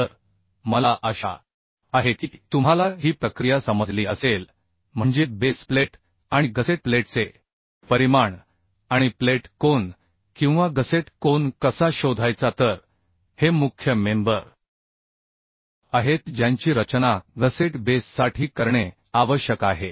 तर मला आशा आहे की तुम्हाला ही प्रक्रिया समजली असेल म्हणजे बेस प्लेट आणि गसेट प्लेटचे परिमाण आणि प्लेट कोन किंवा गसेट कोन कसा शोधायचा तर हे मुख्य मेंबर आहेत ज्यांची रचना गसेट बेससाठी करणे आवश्यक आहे